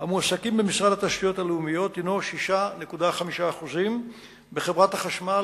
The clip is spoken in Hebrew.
המועסקים במשרד התשתיות הלאומיות הינו 6.5%; בחברת החשמל,